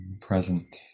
present